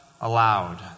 aloud